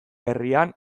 herrian